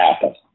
happen